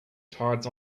tides